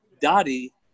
Dottie